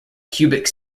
cubic